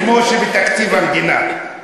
כמו בתקציב המדינה,